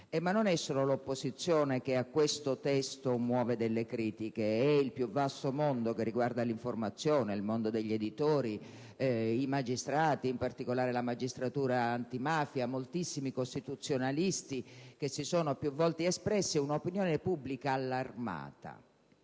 tuttavia solo l'opposizione che a questo testo muove delle critiche: è il più vasto mondo che riguarda l'informazione, gli editori, i magistrati (e in particolare la magistratura antimafia), moltissimi costituzionalisti, che si sono più volte espressi, e un'opinione pubblica allarmata.